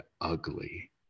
ugly